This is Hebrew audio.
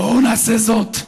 בואו נעשה זאת,